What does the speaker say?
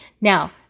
Now